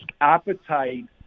appetite